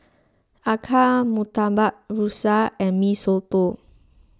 Acar Murtabak Rusa and Mee Soto